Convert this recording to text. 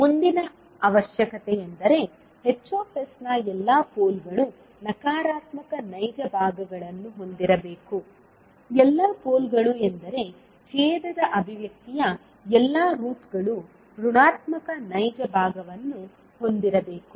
ಮುಂದಿನ ಅವಶ್ಯಕತೆಯೆಂದರೆ Hs ನ ಎಲ್ಲಾ ಪೋಲ್ಗಳು ನಕಾರಾತ್ಮಕ ನೈಜ ಭಾಗಗಳನ್ನು ಹೊಂದಿರಬೇಕು ಎಲ್ಲಾ ಪೋಲ್ಗಳು ಎಂದರೆ ಛೇದದ ಅಭಿವ್ಯಕ್ತಿಯ ಎಲ್ಲಾ ರೂಟ್ಗಳು ಋಣಾತ್ಮಕ ನೈಜ ಭಾಗವನ್ನು ಹೊಂದಿರಬೇಕು